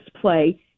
play